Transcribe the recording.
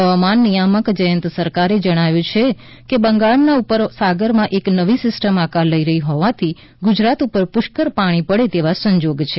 હવામાન નિયામક જયંત સરકારે જણાવ્યુ છે કે બંગાળના ઉપસાગરમાં એક નવી સિસ્ટમ આકાર લઈ રહી હોવાથી ગુજરાત ઉપર પુષ્કળ પાણી પડે તેવા સંજોગ છે